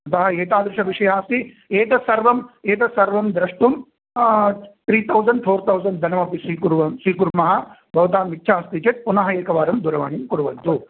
अतः एतादृशविषयः अस्ति एतत्सर्वं एतत्सर्वं द्रष्टुं त्रितौसण्ड् फोर्तसण्ड् धनमपि स्वीकुर्व स्वीकुर्मः भवताम् इच्छा अस्ति चेत् पुनः एकवारं दूरवाणीं कुर्वन्तु